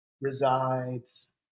resides